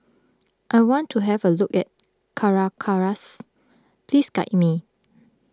I want to have a look at Caracas please guide me